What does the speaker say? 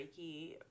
Reiki